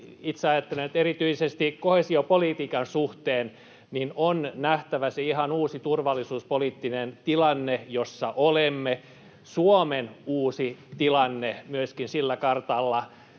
itse ajattelen, että erityisesti koheesiopolitiikan suhteen on nähtävä se ihan uusi turvallisuuspoliittinen tilanne, jossa olemme, ja Suomen uusi tilanne myöskin sillä kartalla.